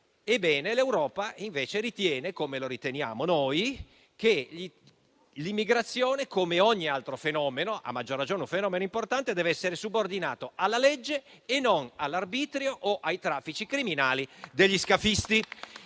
l'Europa ha ritenuto - come lo riteniamo noi - che l'immigrazione, al pari di ogni altro fenomeno (a maggior ragione essendo un fenomeno importante), deve essere subordinata alla legge e non all'arbitrio o ai traffici criminali degli scafisti.